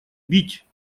бить